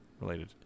related